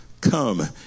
Come